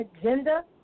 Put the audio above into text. agenda